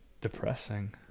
depressing